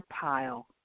pile